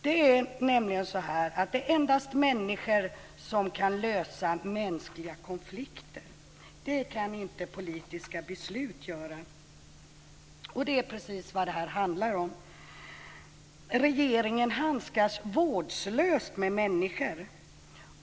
Det är endast människor som kan lösa mänskliga konflikter. Det kan inte politiska beslut göra och det är precis vad det här handlar om. Regeringen handskas vårdslöst med människor.